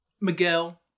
Miguel